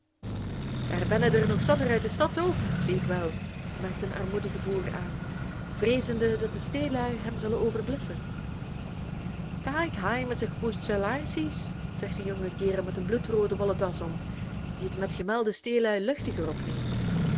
daar bennen der nog zatter uit de stad ook zie ik wel merkt een armoedige boer aan vreezende dat de steelui hem zullen overbluffen kaik hai met zen gepoeste laarsies zegt een jong kerel met een bloedroode wollen das om die het met gemelde steelui luchtiger opneemt